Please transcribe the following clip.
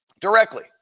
Directly